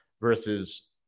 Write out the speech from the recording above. versus